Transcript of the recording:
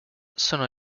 sono